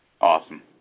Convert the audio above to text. Awesome